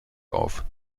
auf